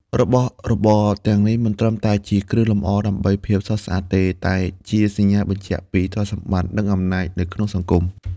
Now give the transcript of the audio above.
របស់របរទាំងនេះមិនត្រឹមតែជាគ្រឿងលម្អដើម្បីភាពស្រស់ស្អាតទេ តែជាសញ្ញាបញ្ជាក់ពី ទ្រព្យសម្បត្តិ និងអំណាច នៅក្នុងសង្គម។